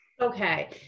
Okay